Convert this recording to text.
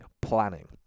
planning